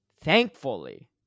Thankfully